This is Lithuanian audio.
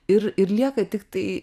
ir ir lieka tiktai